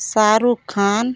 Shahrukh Khan